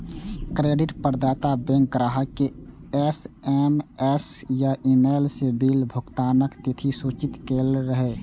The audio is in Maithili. क्रेडिट प्रदाता बैंक ग्राहक कें एस.एम.एस या ईमेल सं बिल भुगतानक तिथि सूचित करै छै